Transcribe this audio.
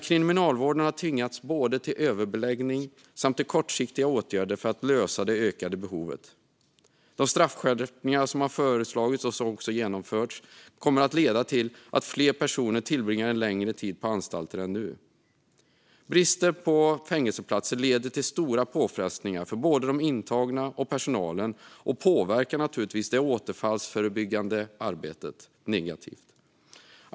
Kriminalvården har tvingats både till överbeläggning och till kortsiktiga åtgärder för att lösa det ökade behovet. De straffskärpningar som har föreslagits och som också har genomförts kommer att leda till att fler personer tillbringar en längre tid på anstalter än nu. Bristen på fängelseplatser leder till stora påfrestningar för både de intagna och personalen och påverkar naturligtvis det återfallsförebyggande arbetet negativt.